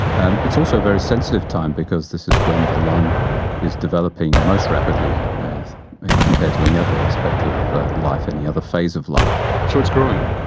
and it's also a very sensitive time because this is when the lung is developing most rapidly compared to any other aspect of life, any other phase of life. so it's growing?